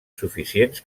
suficients